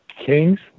kings